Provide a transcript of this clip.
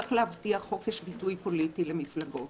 צריך להבטיח חופש ביטוי פוליטי למפלגות,